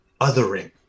othering